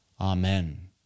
Amen